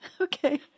Okay